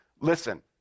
listen